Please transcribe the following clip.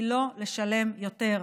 היא לא לשלם יותר,